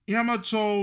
Yamato